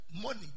money